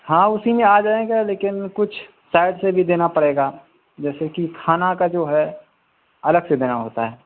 ہاں اسی میں آ جائیں گے لیکن کچھ سائڈ سے بھی دینا پڑے گا جیسے کہ کھانا کا جو ہے الگ سے دینا ہوتا ہے